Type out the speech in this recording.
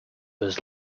was